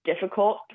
difficult